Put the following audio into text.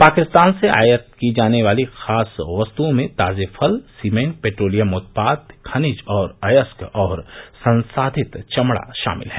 पाकिस्तान से आयात की जाने वाली खास वस्तुओं में ताज़े फल सीमेंट पेट्रोलियम उत्पाद खनिज और अयस्क और संसाधित चमड़ा शामिल है